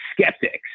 skeptics